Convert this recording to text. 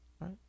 right